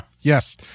Yes